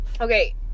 Okay